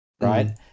right